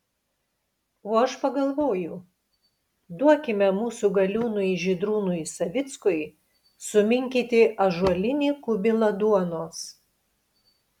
o aš pagalvoju duokime mūsų galiūnui žydrūnui savickui suminkyti ąžuolinį kubilą duonos